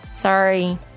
Sorry